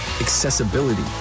Accessibility